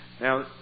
Now